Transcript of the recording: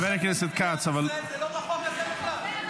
חבר הכנסת כץ ------ זה לא בחוק הזה בכלל.